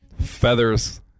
Feathers